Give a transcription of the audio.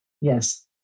yes